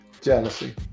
Jealousy